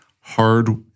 hard